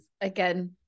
Again